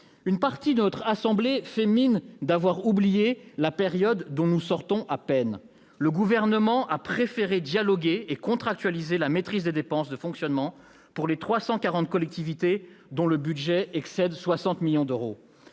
Une partie de notre assemblée fait mine d'avoir oublié la période dont nous sortons à peine. Le Gouvernement a préféré dialoguer et contractualiser la maîtrise des dépenses de fonctionnement pour les 340 collectivités dont le budget excède 60 millions d'euros.